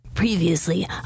Previously